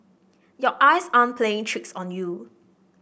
your eyes aren't playing tricks on you